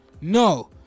No